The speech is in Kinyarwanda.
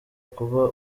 kuba